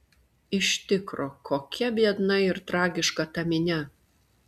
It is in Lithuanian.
iš tikro kokia biedna ir tragiška ta minia